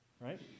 Right